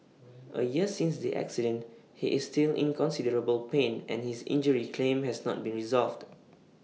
A year since the accident he is still in considerable pain and his injury claim has not been resolved